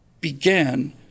began